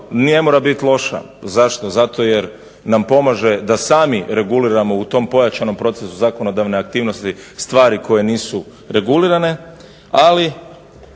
ne mora biti loša. Zašto? Zato jer nam pomaže da sami reguliramo u tom pojačanom procesu zakonodavne aktivnosti stvari koje nisu regulirane.